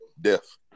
death